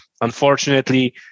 unfortunately